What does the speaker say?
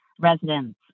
residents